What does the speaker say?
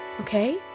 Okay